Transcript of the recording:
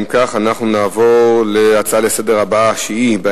אנחנו נעבור להצעות לסדר-היום מס' 4789,